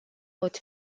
pot